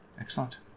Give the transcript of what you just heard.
Excellent